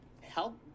help